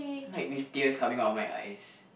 like with tears coming out of my eyes